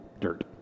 dirt